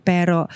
Pero